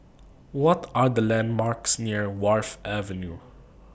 What Are The landmarks near Wharf Avenue